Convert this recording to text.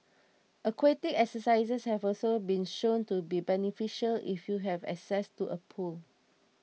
aquatic exercises have also been shown to be beneficial if you have access to a pool